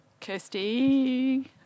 Kirsty